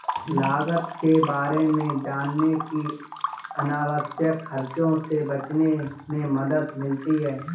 लागत के बारे में जानने से अनावश्यक खर्चों से बचने में मदद मिलती है